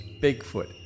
Bigfoot